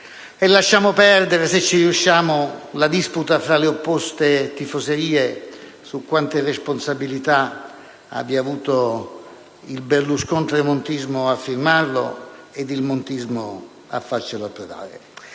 E lasciamo perdere, se ci riusciamo, la disputa fra le opposte tifoserie su quante responsabilità abbia avuto il berluscon-tremontismo a firmarlo e il montismo a farcelo approvare.